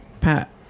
pat